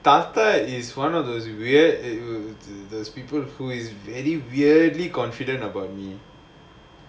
thatha is one of those weird you know those people who is very weirdly confident about me